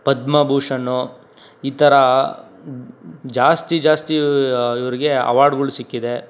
ಪದ್ಮಭೂಷಣ ಈ ಥರ ಜಾಸ್ತಿ ಜಾಸ್ತಿ ಇವ್ರಿಗೆ ಅವಾರ್ಡ್ಗಳು ಸಿಕ್ಕಿದೆ